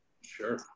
sure